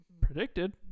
predicted